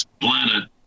planet